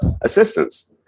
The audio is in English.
assistance